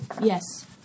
Yes